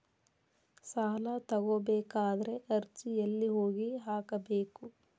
ಸಾಲ ತಗೋಬೇಕಾದ್ರೆ ಅರ್ಜಿ ಎಲ್ಲಿ ಹೋಗಿ ಹಾಕಬೇಕು?